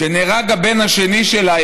כשנהרג הבן השני שלה,